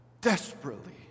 Desperately